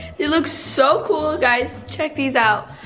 they look so cool, guys check these out.